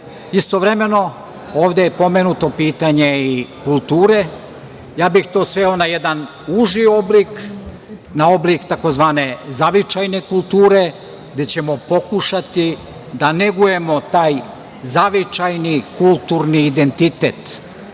sela. Istovremeno ovde je pomenuto pitanje i kulture. Ja bih to sveo na jedan uži oblik, na oblik tzv. zavičajne kulture gde ćemo pokušati da negujemo taj zavičajni, kulturni identitet.